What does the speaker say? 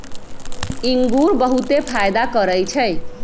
इंगूर बहुते फायदा करै छइ